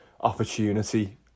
opportunity